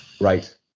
Right